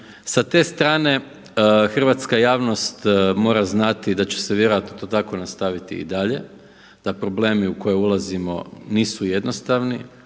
Sa te strane, hrvatska javnost mora znati da će se vjerojatno to tako nastaviti i dalje, da problemi u koje ulazimo nisu jednostavni,